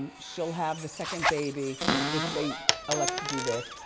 um she'll have the second baby if they elect to do this,